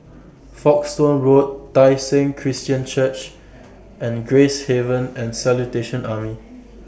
Folkestone Road Tai Seng Christian Church and Gracehaven The Salvation Army